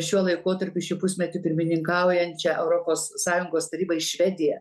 šiuo laikotarpiu šį pusmetį pirmininkaujančią europos sąjungos tarybai švediją